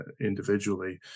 individually